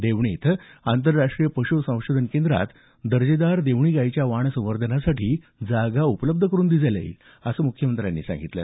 देवणी इथं आंतरराष्ट्रीय पश् संशोधन केंद्रात दर्जेदार देवणी गायीच्या वाण संवर्धनासाठी जागा उपलब्ध करून दिली जाईल असं मुख्यमंत्र्यांनी सांगितलं